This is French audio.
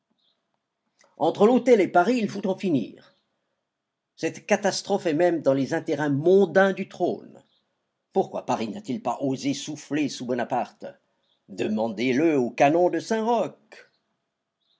entre l'autel et paris il faut en finir cette catastrophe est même dans les intérêts mondains du trône pourquoi paris n'a-t-il pas osé souffler sous bonaparte demandez-le au canon de saint-roch